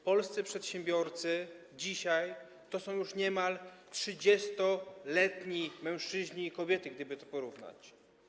Polscy przedsiębiorcy dzisiaj to już niemal 30-letni mężczyźni i kobiety, gdyby to porównać.